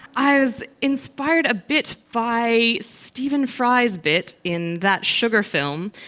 i was inspired a bit by stephen fry's bit in that sugar film,